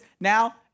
now